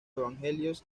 evangelios